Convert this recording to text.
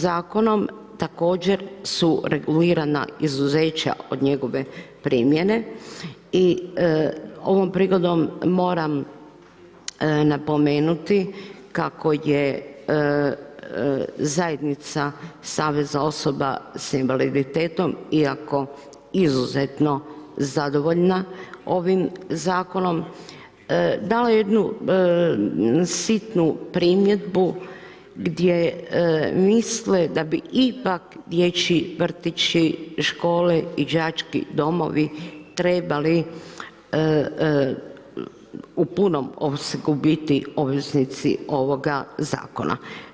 Zakonom također su regulirana izuzeća od njegove primjene i ovom prigodom moram napomenuti kako je zajednica Saveza osoba sa invaliditetom iako izuzetno zadovoljna ovim zakonom, dalo jednu sitnu primjedbu gdje misle da bi ipak dječji vrtići, škole i đački domovi trebali u punom opsegu biti obveznici ovoga zakona.